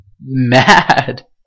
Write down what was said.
mad